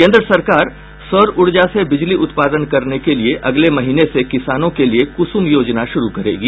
केंद्र सरकार सौर ऊर्जा से बिजली उत्पादन करने के लिये अगले महीने से किसानों के लिये कुसुम योजना शुरू करेगी